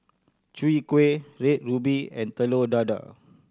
Chwee Kueh Red Ruby and Telur Dadah